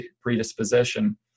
predisposition